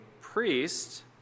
priest